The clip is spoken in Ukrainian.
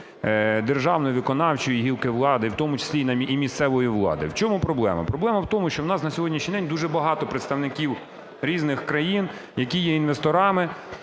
державної виконавчої гілки влади, в тому числі і місцевої влади. В чому проблема? Проблема в тому, що у нас на сьогоднішній день дуже багато представників різних країн, які є інвесторами,